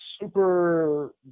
super